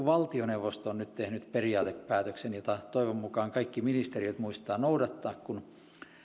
valtioneuvosto on nyt tehnyt periaatepäätöksen jota toivon mukaan kaikki ministeriöt muistavat noudattaa kun